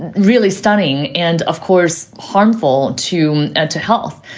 really stunning. and, of course, harmful to and to health.